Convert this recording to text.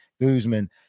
Guzman